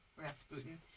Rasputin